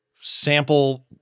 sample